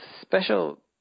special